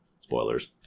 Spoilers